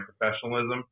professionalism